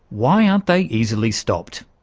why aren't they easily stopped?